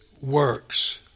works